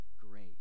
grace